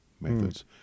methods